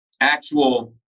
actual